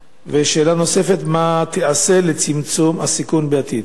4. מה תעשה לצמצום הסיכון בעתיד?